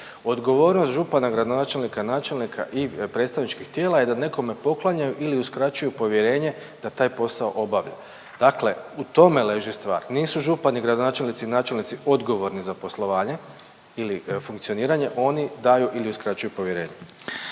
Odgovornost župana, gradonačelnika, načelnika i predstavničkih tijela je da nekome poklanjaju ili uskraćuju povjerenje da taj posao obavi, dakle u tome leži stvar. Nisu župani, gradonačelnici i načelnici odgovorni za poslovanje ili funkcioniranje, oni daju ili uskraćuju povjerenje.